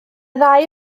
ddau